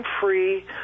free